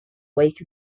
wake